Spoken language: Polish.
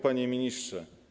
Panie Ministrze!